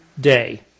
day